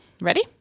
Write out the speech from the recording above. ready